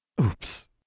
Oops